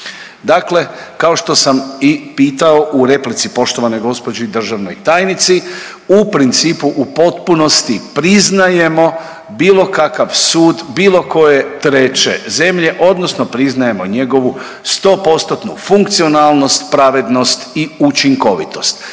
Dakle kao što samo i pitao u replici poštovanoj gđi državnoj tajnici, u principu, u potpunosti priznajemo bilo kakav sud bilo koje treće zemlje, odnosno priznajemo njegovu stopostotnu funkcionalnost, pravednost i učinkovitost.